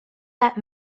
that